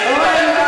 אורן,